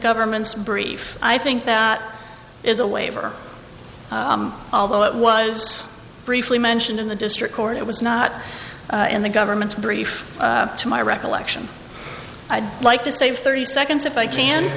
government's brief i think that is a waiver although it was briefly mentioned in the district court it was not in the government's brief to my recollection i'd like to save thirty seconds if i can